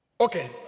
Okay